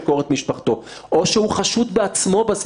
שמענו גם את איריס ברוב קשב לא עצרתי אותה בישיבה הקודמת.